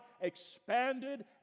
expanded